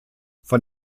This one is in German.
von